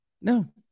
no